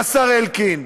השר אלקין.